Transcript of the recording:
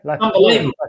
Unbelievable